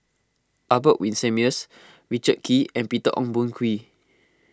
Albert Winsemius Richard Kee and Peter Ong Boon Kwee